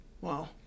Wow